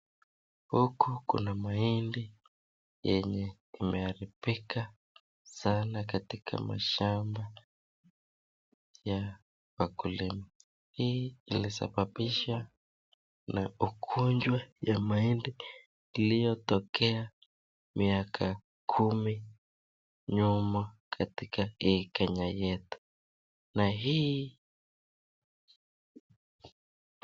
Huku kuna mahindi yenye imeharibika sana katika mashamba ya wakulima ,hii ililisababishwa na ugonjwa ya mahindi iliyotokea miaka kumi nyuma katika hii Kenya yetu na hii.....